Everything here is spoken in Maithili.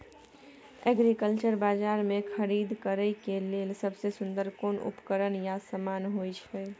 एग्रीकल्चर बाजार में खरीद करे के लेल सबसे सुन्दर कोन उपकरण या समान होय छै?